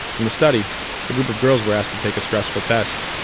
in the study a group of girls were asked to take a stressful test.